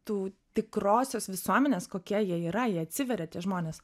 tų tikrosios visuomenės kokie jie yra jie atsiveria tie žmonės